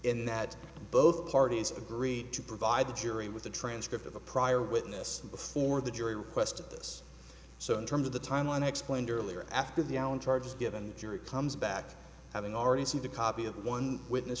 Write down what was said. in that both parties agreed to provide the jury with a transcript of a prior witness before the jury requested this so in terms of the timeline i explained earlier after the allen charge is given the jury comes back having already see the copy of the one witness